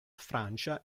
francia